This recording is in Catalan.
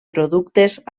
productes